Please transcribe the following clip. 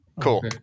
Cool